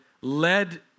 led